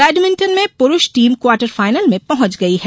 badminton में पुरूष team quarter final में पहुंच गयी है